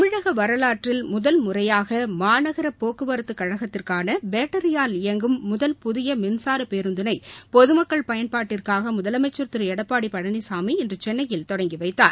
தமிழக வரலாற்றில் முதல் முறையாக மாநகர போக்குவரத்துக் கழகத்திற்கான பேட்டரியல் இயங்கும் முதல் புதிய மின்சர பேருந்தினை பொதுமக்கள் பயன்பாட்டிற்காக முதலமைச்சர் திரு எடப்பாடி பழனிசாமி இன்று சென்னையில் தொடங்கி வைத்தார்